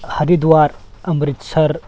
Haridwar Amritsar